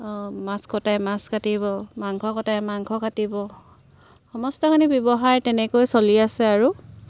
অঁ মাছ কটাই মাছ কাটিব মাংস কটাই মাংস কাটিব সমস্তখিনি ব্যৱহাৰ তেনেকৈ চলি আছে আৰু